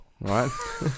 right